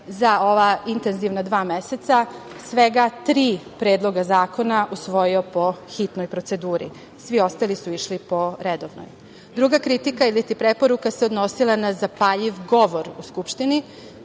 za ova intenzivna dva meseca svega tri predloga zakona usvojio po hitnom proceduri. Svi ostali su išli po redovnoj. Druga kritika iliti preporuka se odnosila na zapaljiv govor u Skupštini.